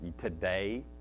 today